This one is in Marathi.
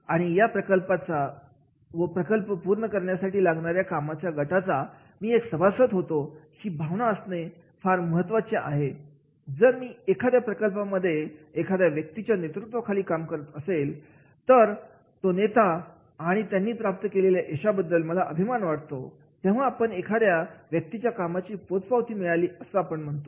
आणि या प्रकल्पाचा व प्रकल्प पूर्ण करण्यासाठी काम करणाऱ्या गटाचा मी एक सभासद होतो ही भावना असणे हे फार महत्त्वाचे आहे जर मी एखाद्या प्रकल्पामध्ये एखाद्या व्यक्तीच्या नेतृत्वाखाली काम करत असेल काम करत असेन तर तो नेता आणि त्यांनी प्राप्त केलेले यश याबद्दल मला अभिमान वाटतो तेव्हा आपण एखाद्या च्या कामाची पोचपावती मिळाली असे म्हणू शकतो